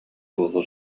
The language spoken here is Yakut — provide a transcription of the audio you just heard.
буолуо